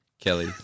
Kelly